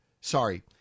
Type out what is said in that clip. sorry